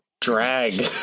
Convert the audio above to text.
drag